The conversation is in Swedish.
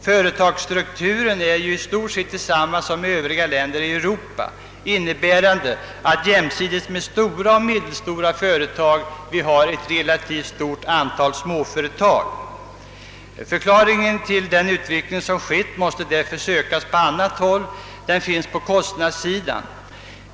Företagsstrukturen är i stort sett densamma som i övriga europeiska länder, innebärande att vi jämsides med stora och medelstora företag har ett relativt stort antal småföretag. Förklaringen till den utveckling som har ägt rum måste därför sökas på annat håll. Den finns på kostnadssidan.